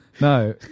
No